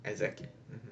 exactly